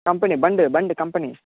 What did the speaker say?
company బండి బండి company